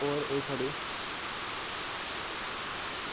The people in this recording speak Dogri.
और एह् साढ़े